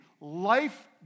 life